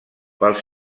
pels